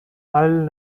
allen